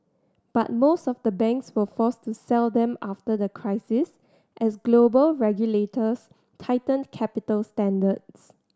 but most of the banks were forced to sell them after the crisis as global regulators tightened capital standards